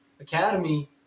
academy